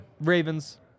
Ravens